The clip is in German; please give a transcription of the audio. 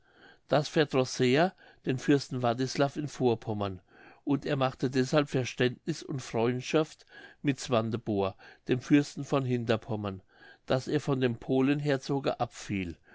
das verdroß sehr den fürsten wartislav in vorpommern und er machte deshalb verständniß und freundschaft mit swantebor dem fürsten von hinterpommern daß er von dem polen herzoge abfiel